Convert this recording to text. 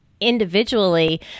individually